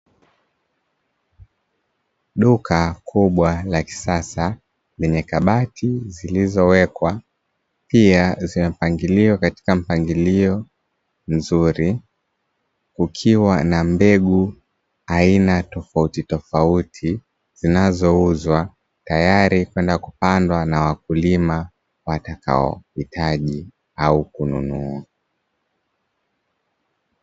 Duka kubwa la kisasa lenye kabati zilizowekwa pia zimepangiliwa katika mpangilio mzuri kukiwa na mbegu aina tofauti tofauti zinazouzwa tayari kwenda kupandwa na wakulima watakaohitaji au kununua.